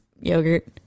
yogurt